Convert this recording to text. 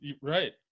Right